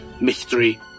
mystery